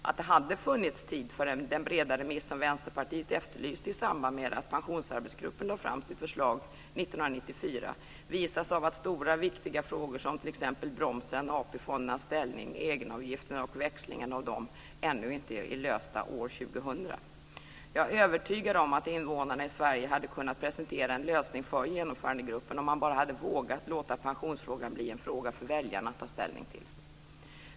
Att det hade funnits tid för den breda remiss som Vänsterpartiet efterlyste i samband med att Pensionsarbetsgruppen lade fram sitt förslag 1994 visas av att stora och viktiga frågor som t.ex. bromsen, AP-fondernas ställning samt egenavgifterna och växlingen av dem ännu inte är lösta år Jag är övertygad om att invånarna i Sverige hade kunnat presentera en lösning för Genomförandegruppen om man bara vågat låta pensionsfrågan bli en fråga för väljarna att ta ställning till.